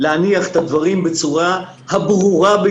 זאת אומרת אותה חברה שולחת למשטרה במערכת את השם --- לא צריך חברה.